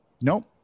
Nope